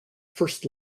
first